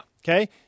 Okay